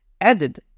added